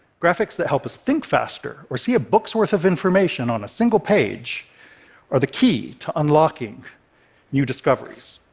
graphics that help us think faster or see a book's worth of information on a single page are the key to unlocking new discoveries.